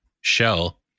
shell